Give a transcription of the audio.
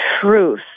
truth